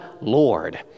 Lord